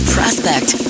Prospect